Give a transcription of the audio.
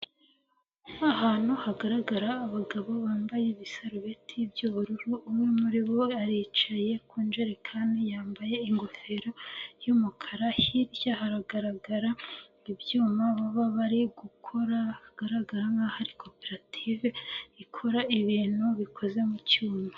Ahantu hagaragara abagabo bambaye ibisarubeti by'ubururu, umwe muribo aricaye ku njerekani yambaye ingofero y'umukara hirya hagaragara ibyuma baba bari gukora ahagaragara nk'aho koperative ikora ibintu bikoze mu cyuma.